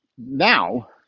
now